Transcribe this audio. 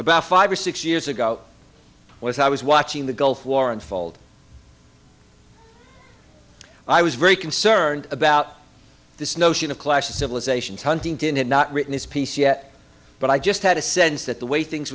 about five or six years ago when i was watching the gulf war unfold i was very concerned about this notion of clash of civilizations huntington had not written his piece yet but i just had a sense that the way things